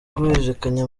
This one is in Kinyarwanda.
guhererekanya